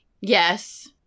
yes